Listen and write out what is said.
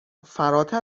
فراتر